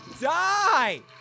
die